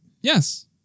yes